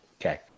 Okay